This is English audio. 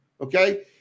Okay